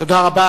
תודה רבה.